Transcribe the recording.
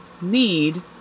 need